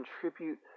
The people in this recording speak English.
contribute